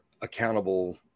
accountable